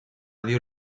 dio